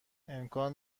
امکان